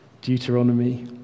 Deuteronomy